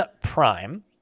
Prime